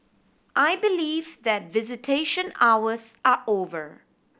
I believe that visitation hours are over